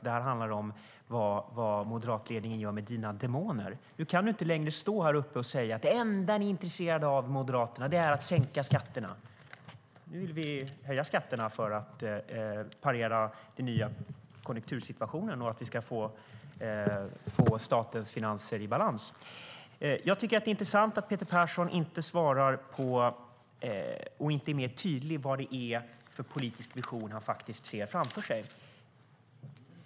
Det handlar om vad moderatledningen gör med dina demoner. Nu kan du inte längre stå här och säga: Det enda ni är intresserade av i Moderaterna är att sänka skatterna. Nu vill vi höja skatterna för att parera den nya konjunktursituationen och för att vi ska få statens finanser i balans. Det är intressant att Peter Persson inte svarar på och inte är mer tydlig med vilken politisk vision han ser framför sig.